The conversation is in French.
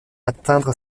atteindre